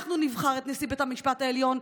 אנחנו נבחר את נשיא בית המשפט העליון,